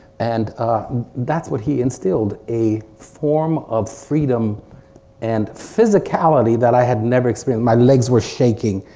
and that's what he instilled a form of freedom and physicality that i had never experienced. my legs were shaking,